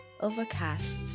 Overcast